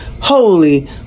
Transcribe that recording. holy